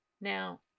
Now